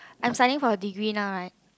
I'm studying for a degree now right